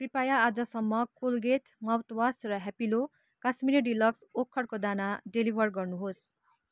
कृपया आजसम्म Colgate mouthwash र ह्यापिलो काश्मिरी डिलक्स ओखरको दाना डेलिभर गर्नुहोस्